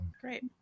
Great